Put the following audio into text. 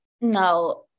No